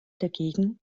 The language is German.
dagegen